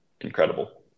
incredible